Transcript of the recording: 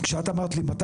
כשאת אמרת לי 200,